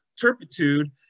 turpitude